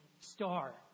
star